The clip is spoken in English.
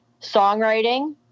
songwriting